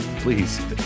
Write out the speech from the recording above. Please